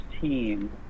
team